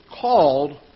called